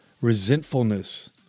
resentfulness